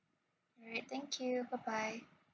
alright thank you bye bye